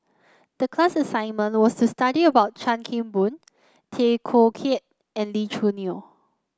the class assignment was to study about Chan Kim Boon Tay Koh Yat and Lee Choo Neo